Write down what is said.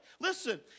Listen